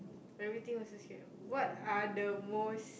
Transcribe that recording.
everything also scared what are the most